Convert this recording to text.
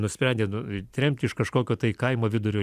nusprendė nu tremti iš kažkokio tai kaimo vidurio